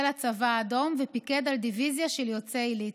הצבא האדום ופיקד על דיביזיה של יוצאי ליטא.